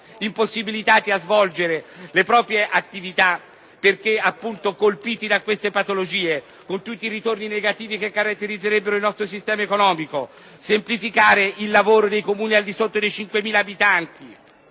impossibilitati a svolgere le proprie attività perché, appunto, colpiti da tali patologie, con tutti i ritorni negativi che caratterizzerebbero il nostro sistema economico. Occorreva semplificare il lavoro dei Comuni al di sotto dei 5.000 abitanti;